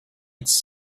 its